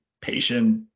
patient